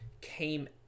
came